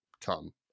come